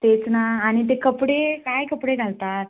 तेच ना आणि ते कपडे काय कपडे घालतात